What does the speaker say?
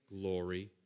Glory